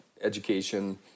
education